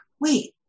wait